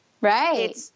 right